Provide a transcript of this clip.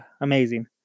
amazing